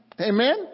Amen